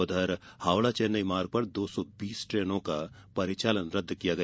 उधर हावड़ा चेन्नई मार्ग पर दो सौ बीस ट्रेनों का परिचालन रद्द कर दिया गया